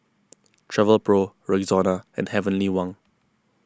Travelpro Rexona and Heavenly Wang